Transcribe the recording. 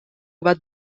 bat